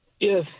Yes